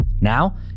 Now